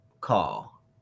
call